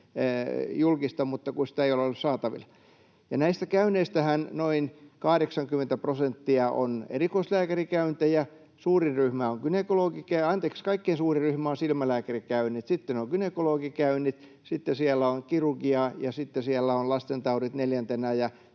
julkista, mutta kun sitä ei ole ollut saatavilla. Ja näistä käynneistähän noin 80 prosenttia on erikoislääkärikäyntejä. Kaikkein suurin ryhmä on silmälääkärikäynnit, sitten on gynekologikäynnit, sitten siellä on kirurgiaa, ja sitten siellä on lastentaudit neljäntenä